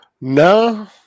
no